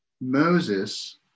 Moses